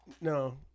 No